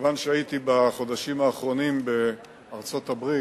כיוון שהייתי בחודשים האחרונים בארצות-הברית